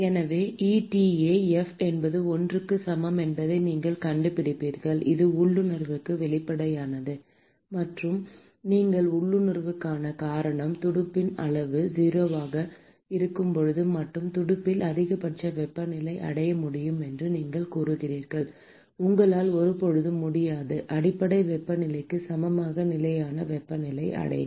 எனவே eta f என்பது 1 க்கு சமம் என்பதை நீங்கள் கண்டுபிடிப்பீர்கள் இது உள்ளுணர்வுக்கு வெளிப்படையானது மற்றும் நீங்கள் உள்ளுணர்வுக்கான காரணம் துடுப்பின் அளவு 0 ஆக இருக்கும்போது மட்டுமே துடுப்பில் அதிகபட்ச வெப்பநிலை அடைய முடியும் என்று நீங்கள் கூறுகிறீர்கள் உங்களால் ஒருபோதும் முடியாது அடிப்படை வெப்பநிலைக்கு சமமான நிலையான வெப்பநிலையை அடையுங்கள்